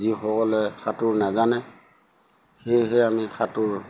যিসকলে সাঁতোৰ নাজানে সেয়েহে আমি সাঁতোৰ